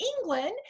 England